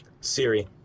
Siri